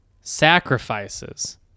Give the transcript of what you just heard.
sacrifices